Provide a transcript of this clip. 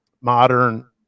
modern